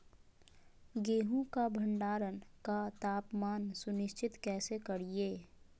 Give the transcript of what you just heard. गेहूं का भंडारण का तापमान सुनिश्चित कैसे करिये?